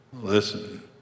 Listen